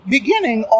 Beginning